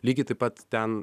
lygiai taip pat ten